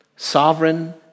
sovereign